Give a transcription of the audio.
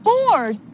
Bored